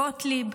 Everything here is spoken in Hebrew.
גוטליב,